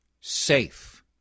safe